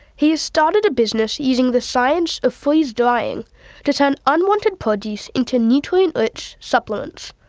he has started a business using the science of freeze-drying to turn unwanted produce into nutrient-rich supplements.